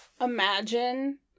imagine